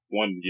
one